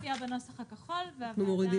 מופיע בנוסח הכחול והוועדה,